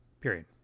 Period